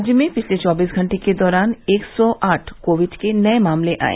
राज्य में पिछले चौबीस घंटे के दौरान एक सौ आठ नये मामले आये